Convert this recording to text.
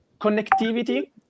Connectivity